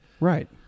Right